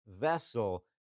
vessel